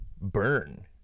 burn